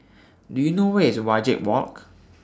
Do YOU know Where IS Wajek Walk